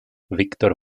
víctor